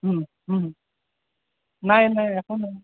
নাই নাই একো নাই